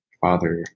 father